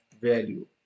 value